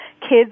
kids